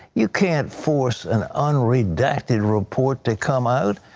you can't force an unredacted report to come out.